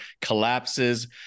collapses